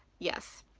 yes,